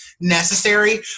necessary